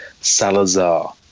Salazar